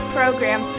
program